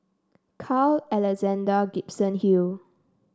Carl Alexander Gibson Hill